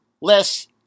less